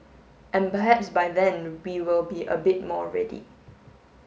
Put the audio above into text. and perhaps by then we will be a bit more ready